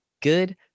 good